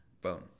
phone